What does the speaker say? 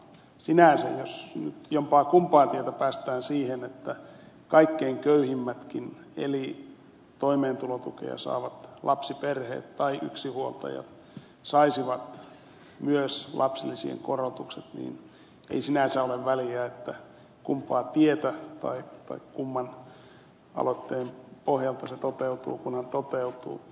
sinänsä jos nyt jompaakumpaa tietä päästään siihen että kaikkein köyhimmätkin eli toimeentulotukea saavat lapsiperheet tai yksinhuoltajat saisivat myös lapsilisien korotukset niin ei sinänsä ole väliä kumpaa tietä tai kumman aloitteen pohjalta se toteutuu kunhan toteutuu